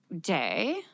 day